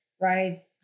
right